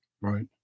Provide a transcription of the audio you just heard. Right